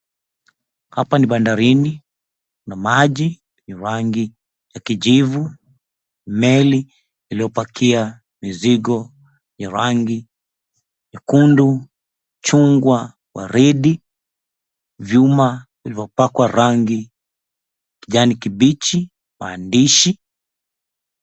Hapa ni bandarini, kuna maji ya rangi ya kijivu, meli iliopakia mizigo ya rangi nyekundu, chungwa, waridi, vyuma vilivyopakwa rangi ya kijani kibichi, maandishi.